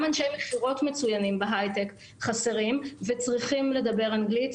גם אנשי מכירות מצוינים בהיי-טק חסרים וצריכים לדבר אנגלית,